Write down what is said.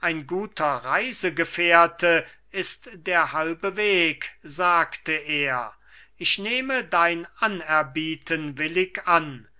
ein guter reisegefährte ist der halbe weg sagte er ich nehme dein